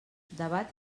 debat